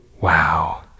wow